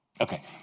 Okay